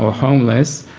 ah homeless,